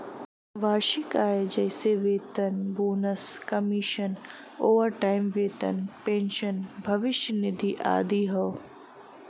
वार्षिक आय जइसे वेतन, बोनस, कमीशन, ओवरटाइम वेतन, पेंशन, भविष्य निधि आदि हौ